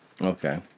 Okay